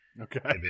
Okay